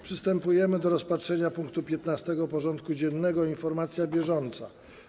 Przystępujemy do rozpatrzenia punktu 15. porządku dziennego: Informacja bieżąca.